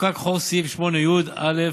חוקק סעיף 8י(א)(2),